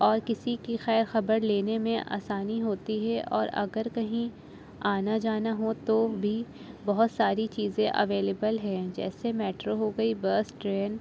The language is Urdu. اور کسی کی خیر خبر لینے میں آسانی ہوتی ہے اور اگر کہیں آنا جانا ہو تو بھی بہت ساری چیزیں اویلیبل ہیں جیسے میٹرو ہو گئی بس ٹرین